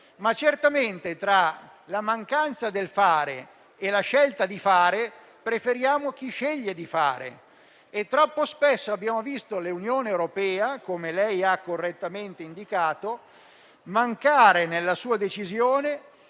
ma certamente tra la mancanza del fare e la scelta di fare, preferiamo chi sceglie di fare. Troppo spesso abbiamo visto l'Unione europea, come lei ha correttamente indicato, mancare nella sua decisione